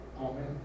Amen